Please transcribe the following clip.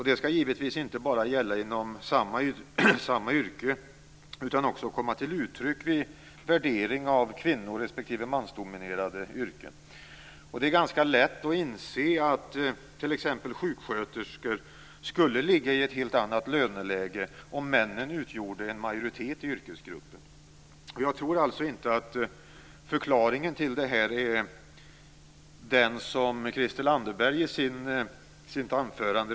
Det skall givetvis inte bara gälla inom samma yrke, utan också komma till uttryck vid värdering av kvinno respektive mansdominerade yrken. Det är ganska lätt att inse att t.ex. sjuksköterskor skulle ligga i ett helt annat löneläge om männen utgjorde en majoritet i yrkesgruppen. Jag tror alltså inte att förklaringen till detta är den som Christel Anderberg redovisade i sitt anförande.